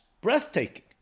breathtaking